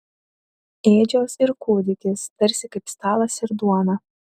ėdžios ir kūdikis tarsi kaip stalas ir duona